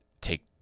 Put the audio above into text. take